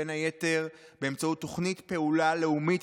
בין היתר באמצעות תוכנית פעולה לאומית